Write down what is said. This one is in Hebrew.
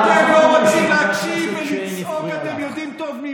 לא זכור לי שחבר הכנסת שיין הפריע